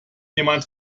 jemand